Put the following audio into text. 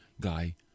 guy